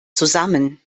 zusammen